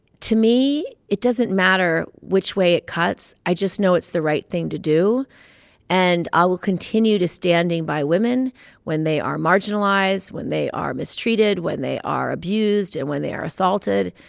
to me, it doesn't matter which way it cuts. i just know it's the right thing to do and i will continue to standing by women when they are marginalized, when they are mistreated, when they are abused and when they are assaulted.